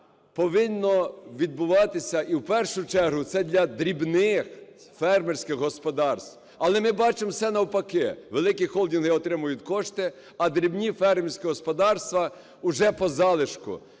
повинно відбуватися і в першу чергу це для дрібних фермерських господарств. Але ми бачимо, все навпаки: великі холдинги отримують кошти, а дрібні фермерські господарства – уже по залишку.